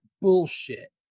bullshit